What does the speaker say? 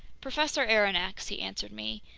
professor aronnax, he answered me,